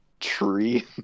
tree